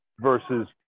versus